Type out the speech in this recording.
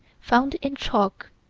found in chalk,